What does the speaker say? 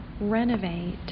renovate